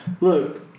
Look